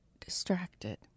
distracted